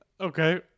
Okay